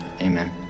Amen